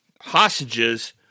hostages